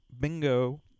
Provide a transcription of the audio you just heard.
Bingo